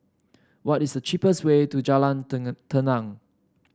what is the cheapest way to Jalan Tenang